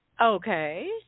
Okay